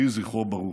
יהי זכרו ברוך.